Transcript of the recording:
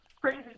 crazy